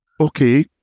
Okay